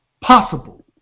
possible